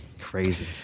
Crazy